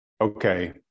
okay